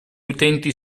utenti